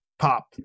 pop